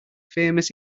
famous